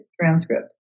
transcript